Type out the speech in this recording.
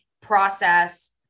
process